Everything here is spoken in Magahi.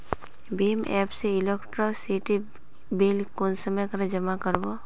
भीम एप से इलेक्ट्रिसिटी बिल कुंसम करे जमा कर बो?